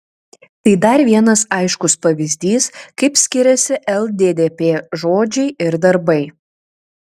tai dar vienas aiškus pavyzdys kaip skiriasi lddp žodžiai ir darbai